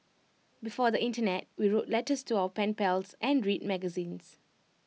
before the Internet we wrote letters to our pen pals and read magazines